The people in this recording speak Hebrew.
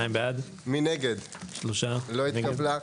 הצבעה בעד, 2 נגד, 3 נמנעים, 0 הרביזיה לא התקבלה.